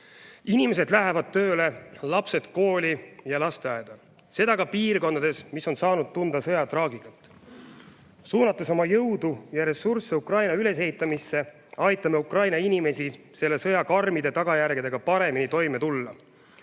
Inimesed lähevad tööle, lapsed kooli ja lasteaeda. Seda ka piirkondades, mis on saanud tunda sõja traagikat. Suunates oma jõudu ja ressursse Ukraina ülesehitamisse, aitame Ukraina inimesi selle sõja karmide tagajärgedega paremini toime tulla.